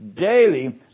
daily